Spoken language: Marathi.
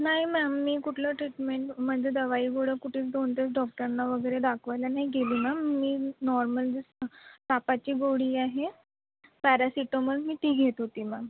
नाही मॅम मी कुठलं ट्रीटमेंट म्हणजे दवाई गोळ्या कुठेच कोणत्याच डॉक्टरांना वगैरे दाखवायला नाही गेली मॅम मी नॉर्मल जसं तापाची गोळी आहे पॅरसिटमोल मी ती घेत होती मॅम